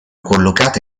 collocata